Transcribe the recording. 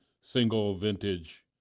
single-vintage